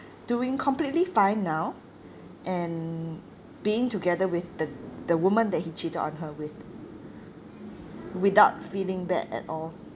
doing completely fine now and being together with the the woman that he cheated on her with without feeling bad at all